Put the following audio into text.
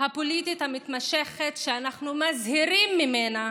הפוליטית המתמשכת שאנחנו מזהירים ממנה